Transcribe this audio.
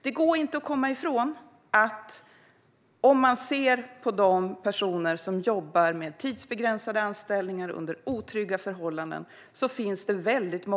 Det går inte att komma ifrån att det finns många berättelser i metoo-rörelsen från de personer som jobbar med tidsbegränsade anställningar under otrygga förhållanden.